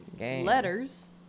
letters